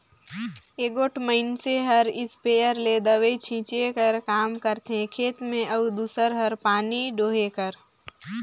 एगोट मइनसे हर इस्पेयर ले दवई छींचे कर काम करथे खेत में अउ दूसर हर पानी डोहे कर